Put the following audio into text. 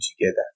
together